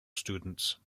students